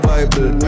Bible